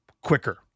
quicker